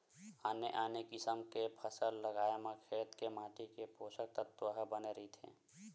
आने आने किसम के फसल लगाए म खेत के माटी के पोसक तत्व ह बने रहिथे